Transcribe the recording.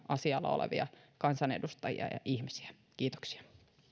asialla olevia kansanedustajia ja ihmisiä kiitoksia